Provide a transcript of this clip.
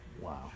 Wow